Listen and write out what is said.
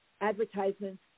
advertisements